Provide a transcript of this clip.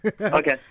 Okay